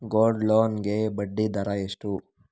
Gold loan ಗೆ ಬಡ್ಡಿ ದರ ಎಷ್ಟು?